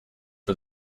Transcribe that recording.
for